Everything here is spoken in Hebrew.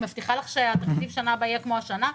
אני מבטיחה לך שהתקציב בשנה הבאה יהיה כמו השנה?